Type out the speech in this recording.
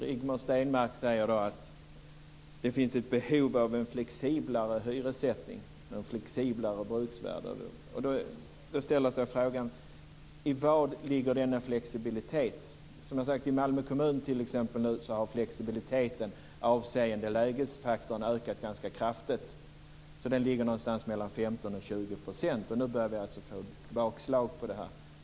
Rigmor Stenmark säger att det finns ett behov av en flexiblare hyressättning och ett flexiblare bruksvärde. Då infinner sig frågan i vad denna flexibilitet ligger. Som jag sade har flexibiliteten i t.ex. Malmö kommun ökat ganska kraftigt avseende lägesfaktorn, så att den ligger någonstans mellan 15 % och 20 %. Nu börjar vi alltså få bakslag på detta.